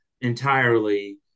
entirely